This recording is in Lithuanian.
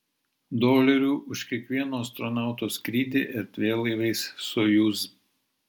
dolerių už kiekvieno astronauto skrydį erdvėlaiviais sojuz